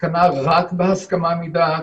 התקנה רק בהסכמה מדעת,